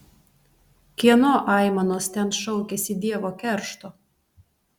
kieno aimanos ten šaukiasi dievo keršto